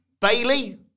Bailey